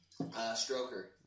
Stroker